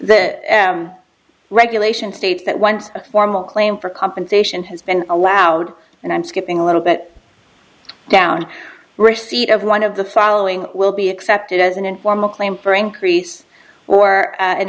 that regulation states that once a formal claim for compensation has been allowed and i'm skipping a little bit down receipt of one of the following will be accepted as an informal claim for increase or an